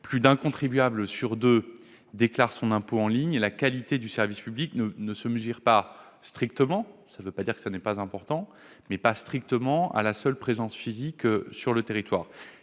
plus d'un contribuable sur deux déclare ses revenus en ligne, la qualité du service public ne se mesure pas strictement- cela ne veut pas dire que cet élément n'est pas important -à la seule présence physique sur le territoire.